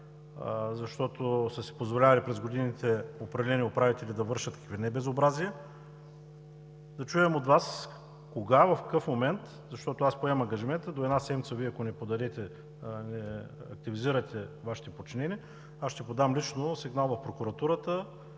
защото са си позволявали през годините определени управители да вършат какви ли не безобразия. Да чуем от Вас кога, в какъв момент, защото аз поемам ангажимента до една седмица Вие, ако не активизирате Вашите подчинени, аз ще подам лично сигнал в прокуратурата,